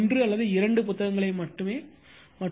ஒன்று அல்லது இரண்டு புத்தகங்களை மட்டும் பாருங்கள்